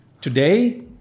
today